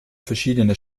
verschiedene